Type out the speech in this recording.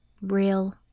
real